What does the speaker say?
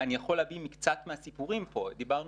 אני יכול להביא מקצת מהסיפורים פה: דיברנו